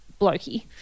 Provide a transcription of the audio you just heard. blokey